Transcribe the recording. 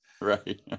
right